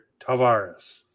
Tavares